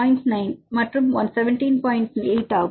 8 ஆகும்